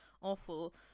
awful